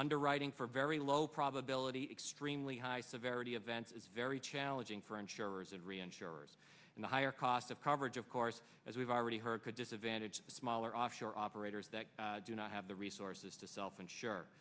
underwriting for very low probability extremely high severity of vents it's very challenging for insurers and reinsurers and the higher cost of coverage of course as we've already heard could disadvantage the smaller offshore operators that do not have the resources to self insure